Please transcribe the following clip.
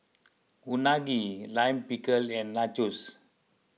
Unagi Lime Pickle and Nachos